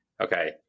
okay